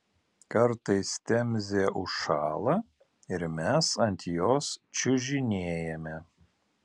kartais temzė užšąla ir mes ant jos čiužinėjame